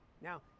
Now